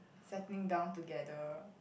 settling down together